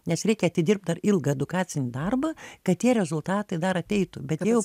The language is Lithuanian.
nes reikia atidirbt dar ilgą edukacinį darbą kad tie rezultatai dar ateitų bet jau